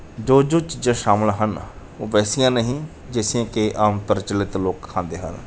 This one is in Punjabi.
ਜੋ ਜੋ ਚੀਜ਼ਾਂ ਸ਼ਾਮਿਲ ਹਨ ਉਹ ਵੈਸੀਆਂ ਨਹੀਂ ਜੈਸੀਆਂ ਕਿ ਆਮ ਪ੍ਰਚੱਲਿਤ ਲੋਕ ਖਾਂਦੇ ਹਨ